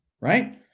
right